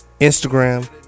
Instagram